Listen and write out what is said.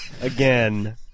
again